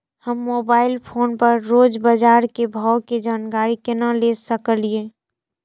हम mobile phone पर रोज बाजार के भाव के जानकारी केना ले सकलिये?